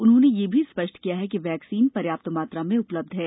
उन्होंने यह भी स्पष्ट किया कि वैक्सीन पर्याप्त मात्रा में उपलब्ध है